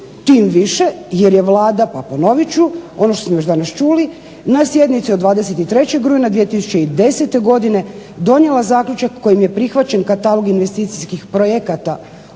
Tim više jer je Vlada, pa ponovit ću ono što smo već danas čuli, na sjednici od 23. rujna 2010. godine donijela zaključak kojim je prihvaćen katalog investicijskih projekata